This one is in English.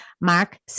Mark